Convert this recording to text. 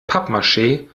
pappmaschee